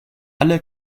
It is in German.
alle